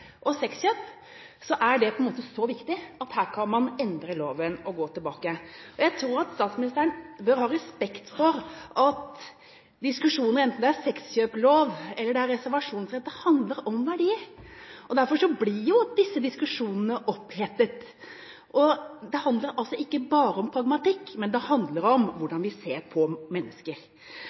og sexkjøp, er det så viktig at man her kan endre loven og gå tilbake. Jeg tror at statsministeren bør ha respekt for at diskusjonen, enten det er sexkjøpslov eller det er reservasjonsrett, handler om verdier, og derfor blir disse diskusjonene opphetede. Det handler altså ikke bare om pragmatikk, men det handler om hvordan vi ser på mennesker.